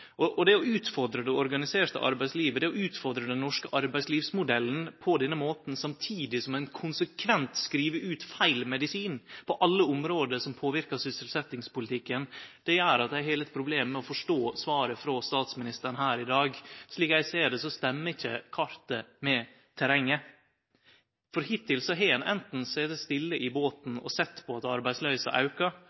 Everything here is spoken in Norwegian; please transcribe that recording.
det organiserte arbeidslivet. Det å utfordre det organiserte arbeidslivet, det å utfordre den norske arbeidslivsmodellen på denne måten, samtidig som ein konsekvent skriv ut feil medisin på alle område som påverkar sysselsetjingspolitikken, gjer at eg har litt problem med å forstå svaret frå statsministeren her i dag. Slik eg ser det, stemmer ikkje kartet med terrenget. For hittil har ein anten sete stille i båten og sett på at arbeidsløysa aukar,